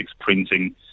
printing